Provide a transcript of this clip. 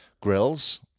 grills